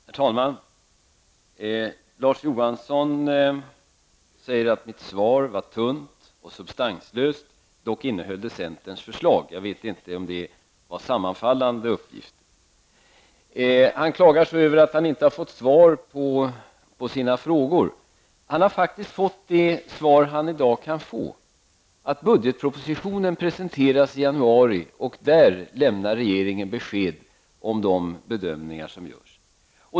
Herr talman! Larz Johansson säger att mitt svar var tunt och substanslös. Det innehöll dock centerns förslag. Jag vet inte om det var sammanfallande uppgifter. Han klagar över att han inte fått svar på sina frågor. Han har faktiskt fått de svar han kan få i dag, nämligen att budgetpropositionen presenteras i januari, och där lämnar regeringen besked om de bedömningar som görs.